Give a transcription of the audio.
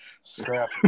Scrap